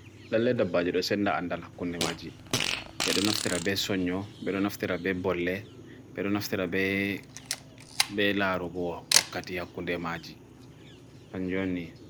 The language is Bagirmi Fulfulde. laleda bhaji dosenda andala kundemaji, pedonaftirabe sonyo, pedonaftirabe bole, pedonaftirabe be la robo wakati akundemaji, fanyoni.